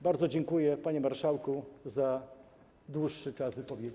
Bardzo dziękuję, panie marszałku, za dłuższy czas na wypowiedź.